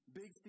big